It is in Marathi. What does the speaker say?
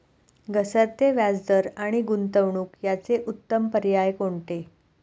घसरते व्याजदर आणि गुंतवणूक याचे उत्तम पर्याय कोणते?